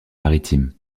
maritime